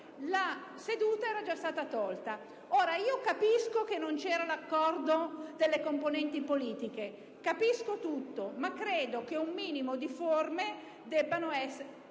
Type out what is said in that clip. la seduta era già stata tolta. Capisco che non c'era l'accordo delle componenti politiche, ma credo che un minimo di forme debba essere